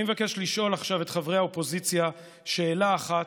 אני מבקש לשאול עכשיו את חברי האופוזיציה שאלה אחת,